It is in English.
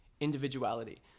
individuality